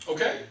Okay